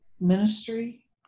ministry